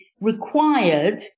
required